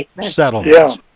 settlements